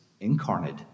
incarnate